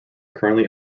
currently